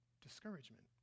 discouragement